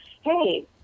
hey